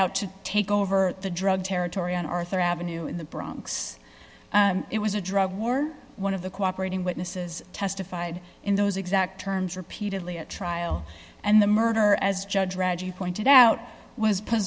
out to take over the drug territory on arthur avenue in the bronx it was a drug war one of the cooperating witnesses testified in those exact terms repeatedly a trial and the murder as judge reggie pointed out was pu